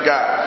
God